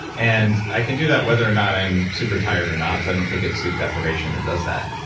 and i can do that whether or not i'm super tired or not. so, i don't think it's sleep depravation that does that.